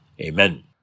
Amen